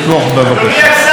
אדוני השר, לפני שאתה